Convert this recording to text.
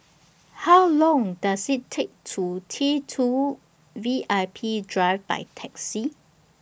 How Long Does IT Take to get to T two V I P Drive By Taxi